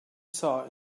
saw